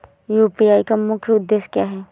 UPI का मुख्य उद्देश्य क्या है?